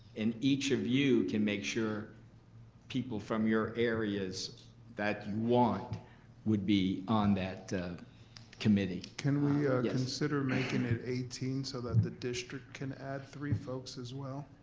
and each of you can make sure people from your areas that you want would be on that committee. can we consider making it eighteen so that the district can add three folks as well?